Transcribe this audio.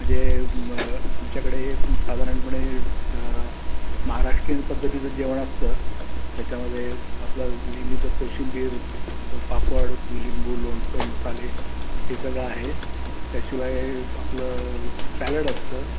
म्हणजे आमच्याकडे साधारणपणे महाराष्ट्रीयन पद्धतीचं जेवण असतं त्याच्यामध्ये आपलं नेहमीचं कोशिंबीर पापड लिंबू लोणचं मसाले हे सगळं आहे त्याशिवाय आपलं सॅलड असतं